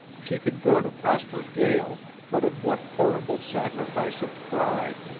she could go to prosper gael, but at what horrible sacrifice of pride,